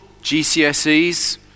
GCSEs